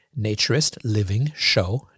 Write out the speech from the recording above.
naturistlivingshow